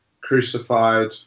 crucified